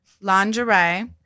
lingerie